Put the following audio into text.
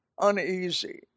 uneasy